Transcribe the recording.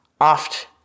Oft